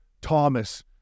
Thomas